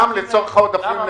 למשל כדי ליצור עודפים.